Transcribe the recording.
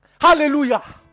hallelujah